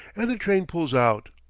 and the train pulls out.